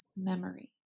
memory